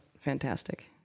fantastic